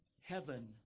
Heaven